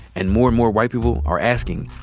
and more and more white people are asking,